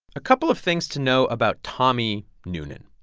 a couple of things to know about tommy noonan.